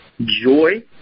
joy